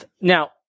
Now